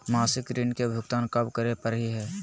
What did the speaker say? मासिक ऋण के भुगतान कब करै परही हे?